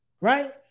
right